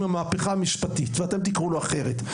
לו מהפכה משפטית ואתם תקראו לו אחרת.